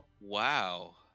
Wow